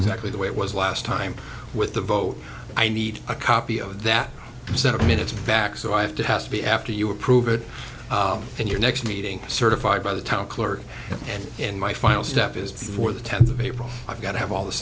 exactly the way it was last time with the vote i need a copy of that seven minutes back so i have to has to be after you approve it and your next meeting certified by the town clerk and in my final step is before the tenth of april i've got to have all those